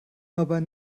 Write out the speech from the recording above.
aber